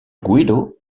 guido